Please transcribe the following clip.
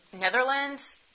Netherlands